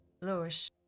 Lush